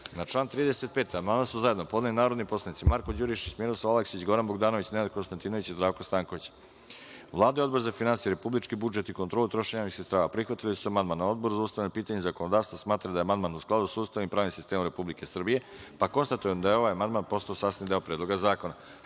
član 35. amandman su zajedno podneli narodni poslanici Marko Đurišić, Miroslav Aleksić, Goran Bogdanović, Nenad Konstantinović i Zdravko Stanković. Vlada i Odbor za finansije, republički budžet i kontrolu trošenja javnih sredstava prihvatili su amandman. Odbor za ustavna pitanja i zakonodavstvo smatra da je amandman u skladu sa Ustavom i pravnim sistemom Republike Srbije. Konstatujem da je ovaj amandman postao sastavni deo Predloga zakona. Da